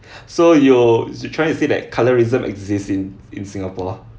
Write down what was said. so you you're trying to say that colourism exists in in singapore ah